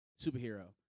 superhero